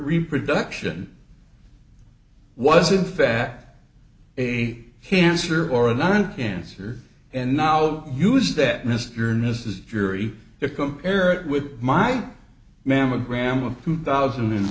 reproduction was in fact a cancer or a non cancer and now i'll use that mr and mrs jury to compare it with my mammogram of two thousand and